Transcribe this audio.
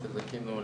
שזכינו,